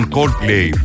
Coldplay